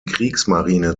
kriegsmarine